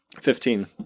Fifteen